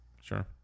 sure